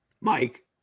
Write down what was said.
Mike